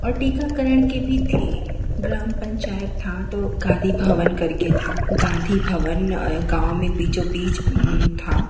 और टीकाकरण के भी थे ग्राम पंचायत थी तो गाँधी भवन करके था गाँधी भवन गाँव में बीचों बीच था